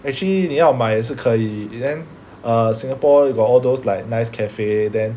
actually 你要买也是可以 then err Singapore got all those like nice cafe then